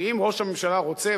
כי אם ראש הממשלה רוצה,